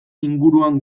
inguruan